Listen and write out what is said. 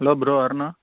hello bro Aruna